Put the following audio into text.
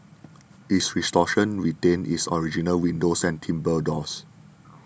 its restoration retained its original windows and timbre doors